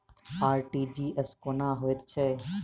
RTGS कोना होइत छै?